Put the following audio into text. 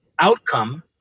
outcome